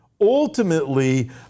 Ultimately